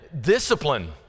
Discipline